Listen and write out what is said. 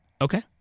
okay